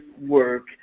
work